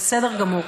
בסדר גמור.